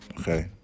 Okay